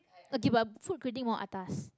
okay but food critic more atas